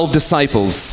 disciples